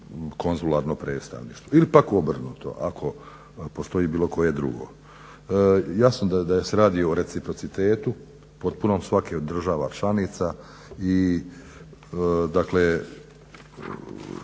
konzularno predstavništvo ili pak obrnuto ako postoji bilo koje drugo. Jasno je da se radi o reciprocitetu potpunom svake od država članica i